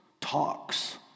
talks